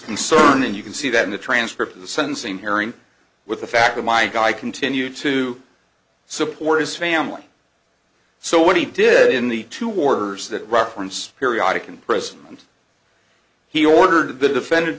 concerned and you can see that in the transcript in the sentencing hearing with the fact that my guy continued to support his family so what he did in the two orders that reference periodic imprisonment he ordered the defend